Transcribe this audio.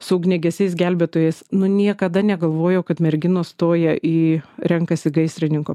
su ugniagesiais gelbėtojais nu niekada negalvojau kad merginos stoja į renkasi gaisrininko